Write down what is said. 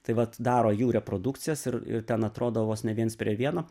tai vat daro jų reprodukcijas ir ir ten atrodo vos ne viens prie vieno